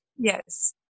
Yes